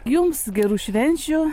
jums gerų švenčių